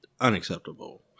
unacceptable